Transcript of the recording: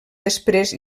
després